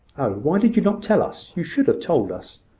why did you not tell us? you should have told us.